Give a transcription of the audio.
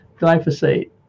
Glyphosate